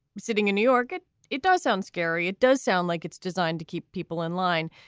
sitting in new york. it it does sound scary. it does sound like it's designed to keep people in line.